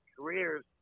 careers